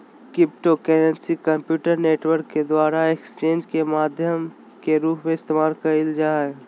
cryptocurrency computer network के द्वारा exchanges के माध्यम के रूप में इस्तेमाल कइल जा हइ